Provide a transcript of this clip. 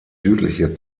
südliche